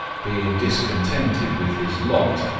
being discontented with his lot,